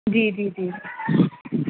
جی جی جی